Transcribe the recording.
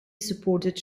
supported